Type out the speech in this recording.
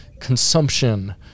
consumption